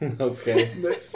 Okay